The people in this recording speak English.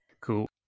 Cool